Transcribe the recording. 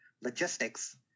logistics